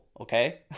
Okay